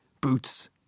boots